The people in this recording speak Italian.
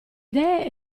idee